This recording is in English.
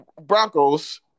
Broncos